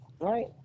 right